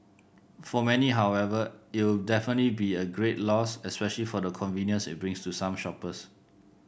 for many however it'll definitely be a great loss especially for the convenience it brings to some shoppers